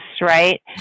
Right